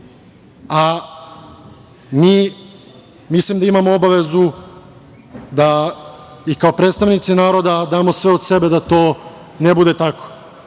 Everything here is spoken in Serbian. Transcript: a mi mislim da imamo obavezu da i kao predstavnici naroda damo sve od sebe da to ne bude tako.